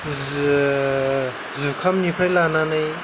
जुखामनिफ्राय लानानै